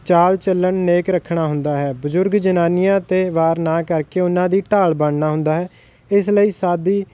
ਚਾਲ ਚੱਲਣ ਨੇਕ ਰੱਖਣਾ ਹੁੰਦਾ ਹੈ ਬਜ਼ੁਰਗ ਜਨਾਨੀਆਂ 'ਤੇ ਵਾਰ ਨਾ ਕਰਕੇ ਉਹਨਾਂ ਦੀ ਢਾਲ ਬਣਨਾ ਹੁੰਦਾ ਹੈ ਇਸ ਲਈ ਸਾਦੀ